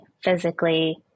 physically